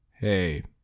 Hey